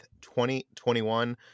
2021